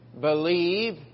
believe